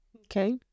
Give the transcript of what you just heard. okay